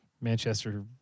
Manchester